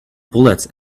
bullets